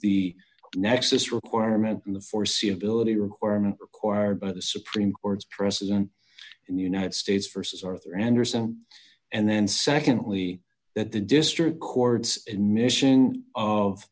the nexus requirement in the foreseeability requirement required by the supreme court's precedent in united states versus arthur andersen and then secondly that the district courts admission of